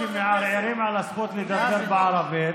שמערערים על הזכות לדבר בערבית.